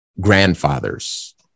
grandfathers